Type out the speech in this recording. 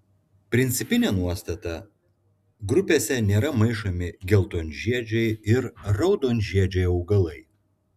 principinė nuostata grupėse nėra maišomi geltonžiedžiai ir raudonžiedžiai augalai